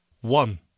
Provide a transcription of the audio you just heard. One